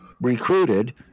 recruited